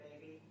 baby